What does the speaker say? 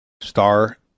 Star